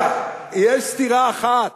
יש סתירה אחת,